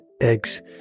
eggs